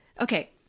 Okay